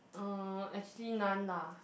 uh actually none lah